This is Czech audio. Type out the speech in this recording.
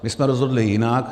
My jsme rozhodli jinak.